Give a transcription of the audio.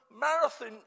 Marathon